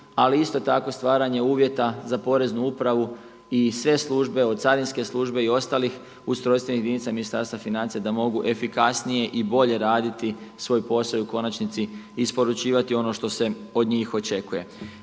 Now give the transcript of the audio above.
ali isto tako stvaranje uvjeta za poreznu upravu i sve službe, od carinske službe i ostalih ustrojstvenih jedinica Ministarstva financija da mogu efikasnije i bolje raditi svoj posao i u konačnici isporučivati ono što se od njih očekuje.